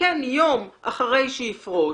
שכן יום אחרי שיפרוש